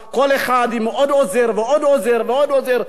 כל אחד עם עוד עוזר ועוד עוזר ועוד עוזר.